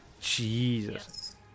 Jesus